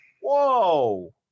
Whoa